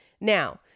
Now